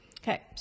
Okay